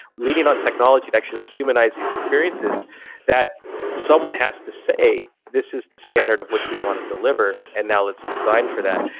leaning on technology to actually humanize these experiences that someone has to say, this is the standard of which we want to deliver, and now let's design for that.